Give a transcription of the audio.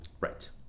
Right